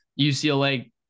UCLA